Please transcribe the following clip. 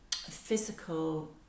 physical